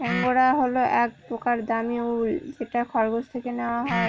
angora হল এক প্রকার দামী উল যেটা খরগোশ থেকে নেওয়া হয়